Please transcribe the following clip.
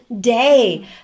day